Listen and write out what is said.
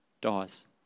dies